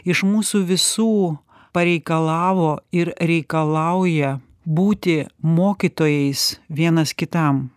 iš mūsų visų pareikalavo ir reikalauja būti mokytojais vienas kitam